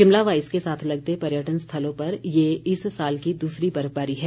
शिमला व इसके साथ लगते पर्यटन स्थलों पर ये इस साल की दूसरी बर्फबारी है